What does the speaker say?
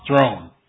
throne